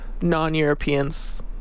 non-Europeans